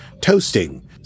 toasting